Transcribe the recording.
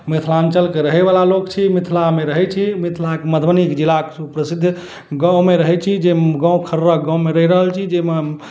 मिथिलाञ्चलके रहयवला लोक छी मिथिलामे रहय छी मिथिलाके मधुबनीके जिलाक प्रसिद्ध गाँवमे रहय छी जे गाँव खर्रक गाँवमे रहि रहल छी जइमे